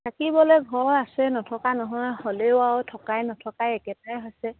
থাকিবলৈ ঘৰ আছে নথকা নহয় হ'লেও আৰু থকাই নথকাই একেটাই হৈছে